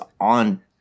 on